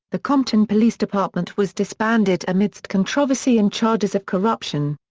the compton police department was disbanded amidst controversy and charges of corruption.